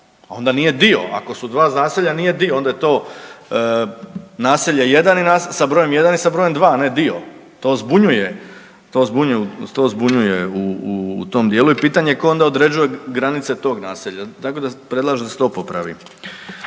onda nije dio, ako su dva naselja nije dio, onda je to naselje jedan, sa brojem jedan i sa brojem dva, a ne dio. To zbunjuje, to zbunjuje, to zbunjuje u tom dijelu i pitanje je tko onda određuje granice tog naselja. Tako da predlažem da se to popravi.